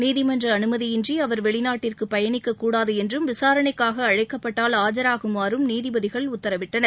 நீதிமன்ற அனுமதியின்றி அவர் வெளிநாட்டிற்கு பயணிக்கக் கூடாது என்றும் விசாரணைக்காக அழைக்கப்பட்டால் ஆஜாகுமாறும் நீதிபதிகள் உத்தரவிட்டனர்